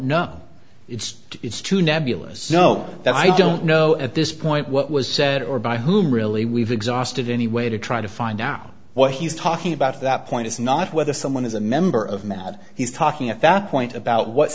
know it's it's too nebulous know that i don't know at this point what was said or by whom really we've exhausted anyway to try to find out what he's talking about that point is not whether someone is a member of madd he's talking at that point about what